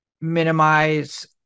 minimize